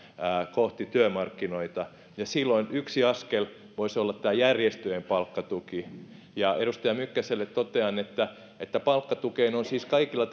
kohti työmarkkinoita silloin yksi askel voisi olla tämä järjestöjen palkkatuki edustaja mykkäselle totean että että palkkatukeen on siis kaikilla